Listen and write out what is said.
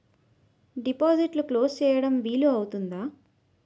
డిపాజిట్లు క్లోజ్ చేయడం వీలు అవుతుందా?